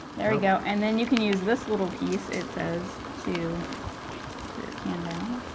there we go and then you can use this little piece it says to put your can down